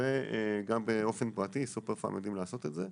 וגם באופן פרטי, סופרפארם יודעים לעשות את זה.